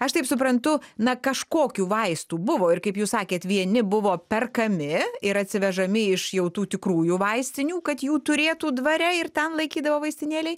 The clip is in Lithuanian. aš taip suprantu na kažkokių vaistų buvo ir kaip jūs sakėt vieni buvo perkami ir atsivežami iš jau tų tikrųjų vaistinių kad jų turėtų dvare ir ten laikydavo vaistinėlėj